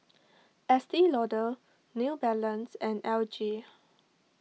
Estee Lauder New Balance and L G